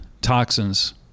toxins